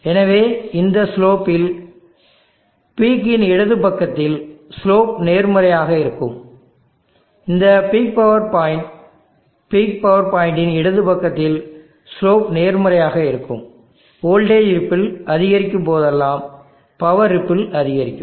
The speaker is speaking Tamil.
எனவே இந்த ஸ்லோப்பில் பீக் இன் இடது பக்கத்தில் ஸ்லோப் நேர்மறையாக இருக்கும் இது peak power point peak power point இன் இடது பக்கத்தில் ஸ்லோப் நேர்மறையாக இருக்கும் வோல்டேஜ் ரிப்பிள் அதிகரிக்கும் போதெல்லாம் பவர் ரிப்பிள் அதிகரிக்கும்